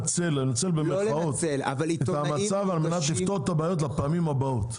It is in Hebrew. "לנצל" במרכאות את המצב על מנת שנפתור את הבעיות לפעמים הבאות.